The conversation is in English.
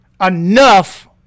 enough